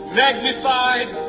magnified